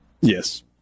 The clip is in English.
Yes